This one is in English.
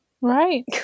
Right